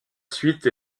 suite